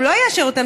הוא לא יאשר אותם.